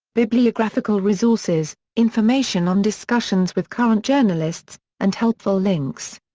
bibliographical resources, information on discussions with current journalists, and helpful links.